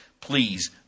Please